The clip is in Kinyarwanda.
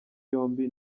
yombi